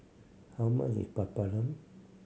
how much is Papadum